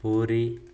Puri